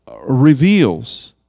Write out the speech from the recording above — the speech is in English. reveals